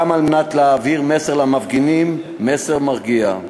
גם כדי להעביר מסר למפגינים, מסר מרגיע.